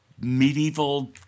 medieval